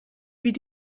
dvd